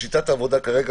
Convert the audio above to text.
שיטת העבודה כרגע,